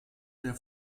der